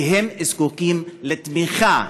והם זקוקים לתמיכה,